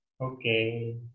Okay